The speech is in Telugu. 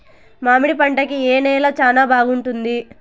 మామిడి పంట కి ఏ నేల చానా బాగుంటుంది